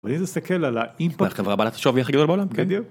אבל אם אתה מסתכל על האימפקט, זו החברה בעלת השווי הכי גדול בעולם. בדיוק